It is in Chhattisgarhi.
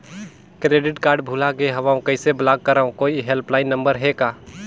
क्रेडिट कारड भुला गे हववं कइसे ब्लाक करव? कोई हेल्पलाइन नंबर हे का?